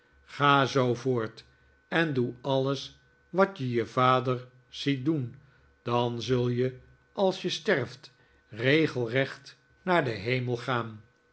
ga zoo voort en doe alles wat je je vader ziet doen dan zul je als je sterft regelrecht naar den hemel gaan